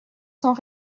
sans